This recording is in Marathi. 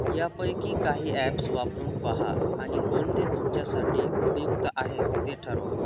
यापैकी काही ॲप्स वापरून पहा आणि कोणते तुमच्यासाठी उपयुक्त आहेत ते ठरवा